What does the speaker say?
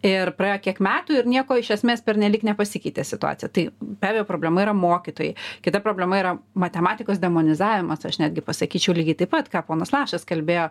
ir praėjo kiek metų ir nieko iš esmės pernelyg nepasikeitė situacija tai be abejo problema yra mokytojai kita problema yra matematikos demonizavimas aš netgi pasakyčiau lygiai taip pat ką ponas lašas kalbėjo